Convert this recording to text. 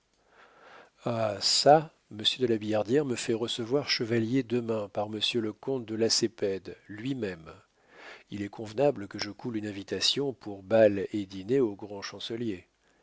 ha çà monsieur de la billardière me fait recevoir chevalier demain par monsieur le comte de lacépède lui-même il est convenable que je coule une invitation pour bal et dîner au grand chancelier